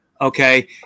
Okay